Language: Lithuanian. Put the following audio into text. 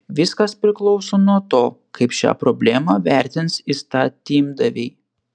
viskas priklauso nuo to kaip šią problemą vertins įstatymdaviai